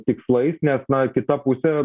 tikslais nes na kitą pusė